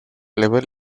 level